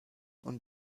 und